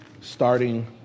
starting